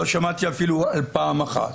לא שמעתי אפילו על פעם אחת.